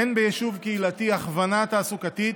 אין ביישוב קהילתי הכוונה תעסוקתית